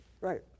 Right